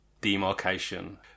demarcation